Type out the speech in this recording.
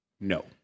no